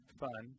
fun